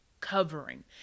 covering